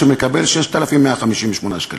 שמקבל 6,158 שקלים.